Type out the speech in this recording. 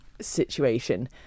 situation